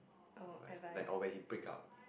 like sometimes or when he break up